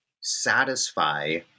satisfy